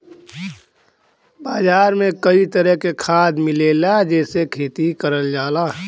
बाजार में कई तरह के खाद मिलला जेसे खेती करल जाला